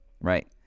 Right